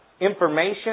information